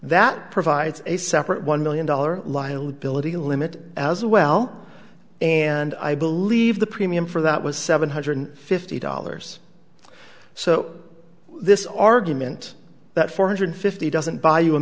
that provides a separate one million dollar liability limit as well and i believe the premium for that was seven hundred fifty dollars so this argument that four hundred fifty doesn't buy you a